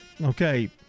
Okay